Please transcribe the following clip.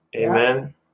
Amen